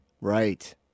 Right